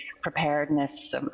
preparedness